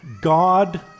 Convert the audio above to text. God